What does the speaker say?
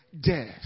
death